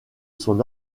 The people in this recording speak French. son